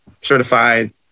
certified